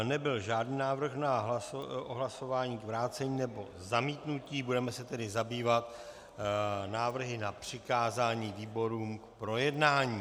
Nebyl žádný návrh na hlasování k vrácení nebo zamítnutí, budeme se tedy zabývat návrhy na přikázání výborům k projednání.